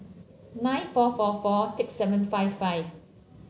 nine four four four six seven five five